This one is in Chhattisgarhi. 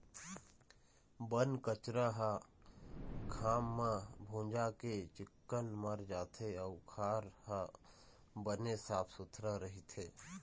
बन कचरा ह घाम म भूंजा के चिक्कन मर जाथे अउ खार ह बने साफ सुथरा रहिथे